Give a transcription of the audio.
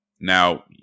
Now